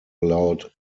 loud